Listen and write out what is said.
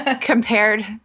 compared